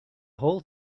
whole